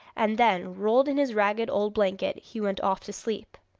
and then, rolled in his ragged old blanket, he went off to sleep.